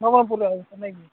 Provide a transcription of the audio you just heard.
ନବରଙ୍ଗପୁର ଆଜ୍ଞା ହେଲା କି